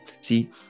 See